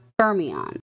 fermion